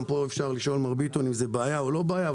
גם פה אפשר לשאול אם זה בעיה או לא בעיה,